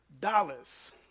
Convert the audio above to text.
dollars